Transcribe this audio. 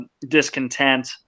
discontent